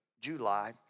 July